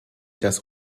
das